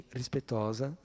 rispettosa